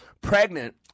Pregnant